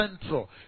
central